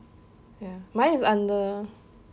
ya mine is under